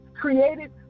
created